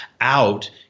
out